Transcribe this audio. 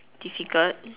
difficult